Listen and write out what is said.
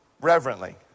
reverently